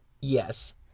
Yes